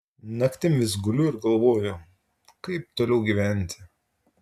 naktim vis guliu ir galvoju kaip toliau gyventi